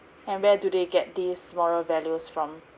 and where do they get these moral values from